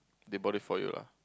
they bought it for you lah